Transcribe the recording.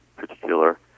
particular